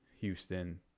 Houston